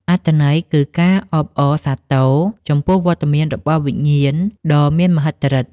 អត្ថន័យគឺការអបអរសាទរចំពោះវត្តមានរបស់វិញ្ញាណដ៏មានមហិទ្ធិឫទ្ធិ។